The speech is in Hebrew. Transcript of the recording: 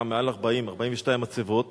בעבר הוגשו תלונות.